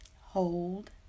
hold